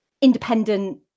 independent